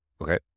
Okay